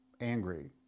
angry